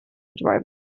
driver